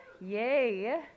Yay